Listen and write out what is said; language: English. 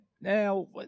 Now